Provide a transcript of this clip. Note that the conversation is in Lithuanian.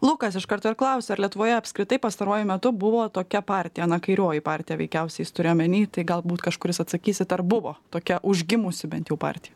lukas iš karto ir klausia ar lietuvoje apskritai pastaruoju metu buvo tokia partija kairioji partija veikiausiai jis turi omeny tai galbūt kažkuris atsakysit ar buvo tokia užgimusi bent jau partija